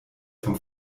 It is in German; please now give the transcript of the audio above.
vom